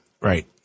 Right